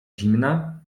zimna